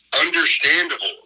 understandable